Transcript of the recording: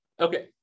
Okay